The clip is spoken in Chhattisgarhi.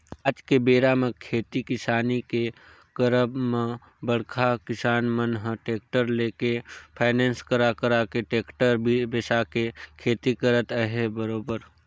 आज के बेरा म खेती किसानी के करब म बड़का किसान मन ह टेक्टर लेके फायनेंस करा करा के टेक्टर बिसा के खेती करत अहे बरोबर